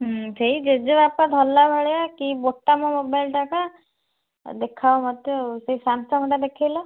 ସେଇ ଜେଜେବାପା ଧରିଲା ଭଳିଆ କି ବୋତାମ ମୋବାଇଲ୍ଟା ଏକା ଦେଖାଅ ମୋତେ ଆଉ ସେଇ ସାମ୍ସଙ୍ଗଟା ଦେଖାଇଲ